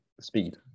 speed